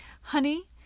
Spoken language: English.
honey